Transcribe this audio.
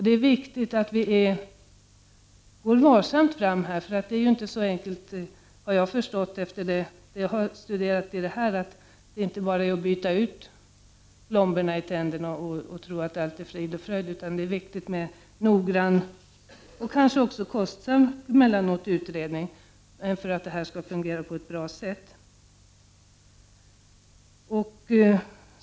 Det är viktigt att gå varsamt fram, för efter vad jag har förstått när jag har studerat saken är det inte så enkelt att det bara är att byta plomberna och sedan tro att allt är frid och fröjd. Det är nödvändigt med en noggrann — och emellanåt kanske också kostsam — utredning för att detta skall fungera på ett bra sätt.